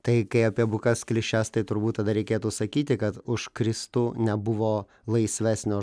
tai kai apie bukas klišes tai turbūt tada reikėtų sakyti kad už kristų nebuvo laisvesnio